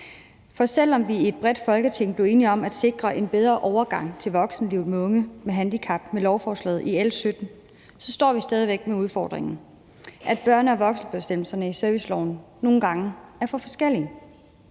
For selv om vi bredt i Folketinget blev enige om at sikre en bedre overgang til voksenlivet for unge med handicap med lovforslaget L 17, står vi stadig væk med den udfordring, at børne- og voksenbestemmelserne i serviceloven nogle gange er for forskellige.